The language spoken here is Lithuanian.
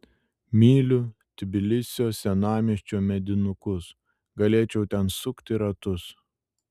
myliu tbilisio senamiesčio medinukus galėčiau ten sukti ratus